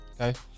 Okay